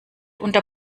unter